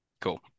Cool